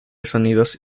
sonidos